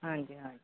ਹਾਂਜੀ ਹਾਂਜੀ